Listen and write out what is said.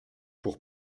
pour